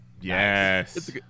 Yes